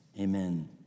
Amen